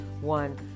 one